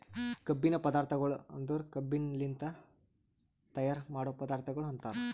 ಕಬ್ಬಿನ ಪದಾರ್ಥಗೊಳ್ ಅಂದುರ್ ಕಬ್ಬಿನಲಿಂತ್ ತೈಯಾರ್ ಮಾಡೋ ಪದಾರ್ಥಗೊಳ್ ಅಂತರ್